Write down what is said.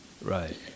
Right